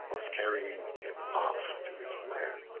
was carrying him off to his lair.